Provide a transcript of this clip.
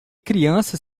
criança